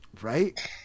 Right